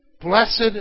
Blessed